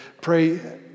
pray